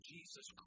Jesus